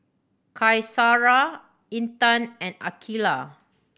Qaisara Intan and Aqilah